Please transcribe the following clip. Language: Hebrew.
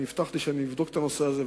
אני הבטחתי שאני אבדוק את הנושא הזה,